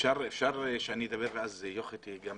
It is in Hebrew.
אפשר שאני אדבר ואז יוכי גם תענה?